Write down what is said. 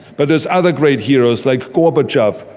but there's other great heroes like gorbachev,